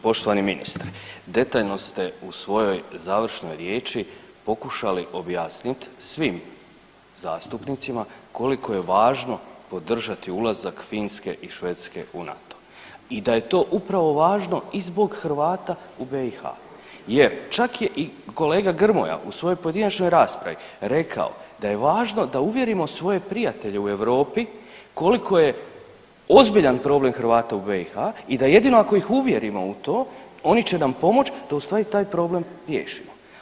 Poštovani ministre detaljno ste u svojoj završnoj riječi pokušali objasnit svim zastupnicima koliko je važno održati ulazak Finske i Švedske u NATO i da je to upravo važno i zbog Hrvata u BiH, jer čak je i kolega Grmoja u svojoj pojedinačnoj raspravi rekao da je važno da uvjerimo svoje prijatelje u Europi koliko je ozbiljan problem Hrvata u BiH i da jedino ako ih uvjerimo u to oni će nam pomoći da ustvari taj problem riješimo.